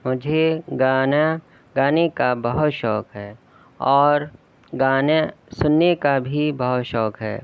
مجھے گانا گانے کا بہت شوق ہے اور گانے سننے کا بھی بہت شوق ہے